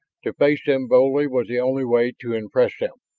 to face them boldly was the only way to impress them.